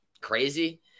Crazy